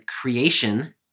creation